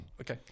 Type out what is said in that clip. Okay